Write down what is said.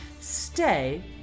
stay